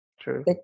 True